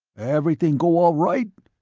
everything go all right?